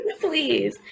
Please